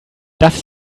das